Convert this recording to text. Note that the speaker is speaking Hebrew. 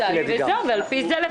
על פי זה לפצות אותם.